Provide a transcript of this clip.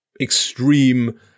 extreme